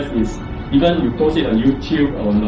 is even if you post yeah on youtube